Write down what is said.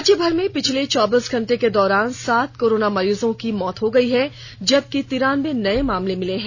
राज्य भर में पिछले चौबीस घंटे के दौरान सात कोरोना मरीजों की मौत हो गई है जबकि तिरानबे नए मामले मिले हैं